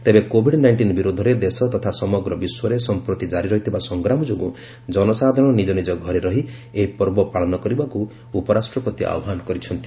ତେବେ Covid nineteen ବିରୋଧରେ ଦେଶ ତଥା ସମଗ୍ର ବିଶ୍ୱରେ ସଂପ୍ରତି ଜାରି ରହିଥିବା ସଂଗ୍ରାମ ଯୋଗୁଁ ଜନସାଧାରଣ ନିଜ ନିଜ ଘରେ ରହି ଏହି ପର୍ବ ପାଳନ କରିବାକୁ ବୋଲି ଉପରାଷ୍ଟ୍ରପତି ଅହ୍ୱାନ କରିଚ୍ଛନ୍ତି